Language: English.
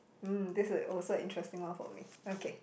mm this is also an interesting one for me okay